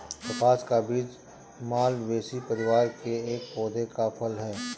कपास का बीज मालवेसी परिवार के एक पौधे का फल है